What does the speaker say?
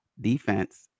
defense